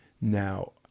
Now